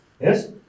Yes